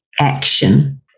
action